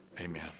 Amen